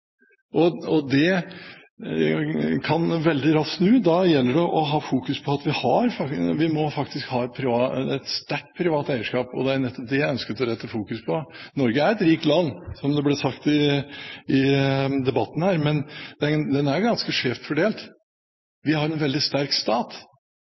Det kan veldig raskt snu, og da gjelder det å ha fokus på at vi faktisk må ha et sterkt privat eierskap. Det var nettopp det jeg ønsket å rette fokus på. Norge er et rikt land, som det ble sagt i debatten her, men det er ganske skjevt fordelt. Vi har en